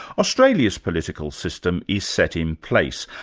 australia's political system is set in place,